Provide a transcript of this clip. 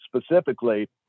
specifically